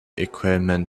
equipment